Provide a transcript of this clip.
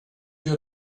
your